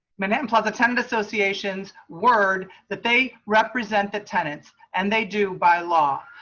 money and plaza tend to associations word that they represent the tenants and they do by law,